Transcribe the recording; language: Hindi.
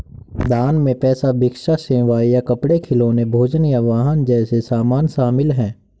दान में पैसा भिक्षा सेवाएं या कपड़े खिलौने भोजन या वाहन जैसे सामान शामिल हैं